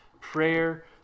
Prayer